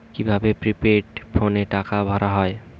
কি ভাবে প্রিপেইড ফোনে টাকা ভরা হয়?